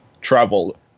travel